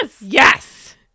Yes